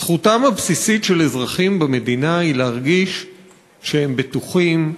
זכותם הבסיסית של אזרחים במדינה היא להרגיש שהם בטוחים,